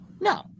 No